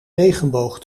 regenboog